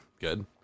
good